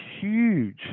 huge